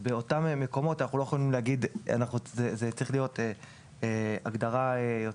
באותם מקומות זו צריכה להיות הגדרה יותר